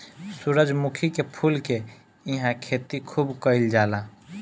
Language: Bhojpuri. सूरजमुखी के फूल के इहां खेती खूब कईल जाला